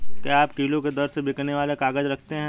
क्या आप किलो के दर से बिकने वाले काग़ज़ रखते हैं?